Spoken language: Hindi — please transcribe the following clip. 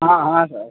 हाँ हाँ सर